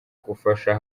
gufasha